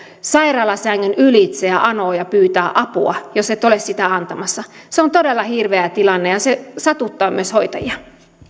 sairaalasängyn ylitse ja anoo ja pyytää apua jos et ole sitä antamassa se on todella hirveä tilanne ja se satuttaa myös hoitajia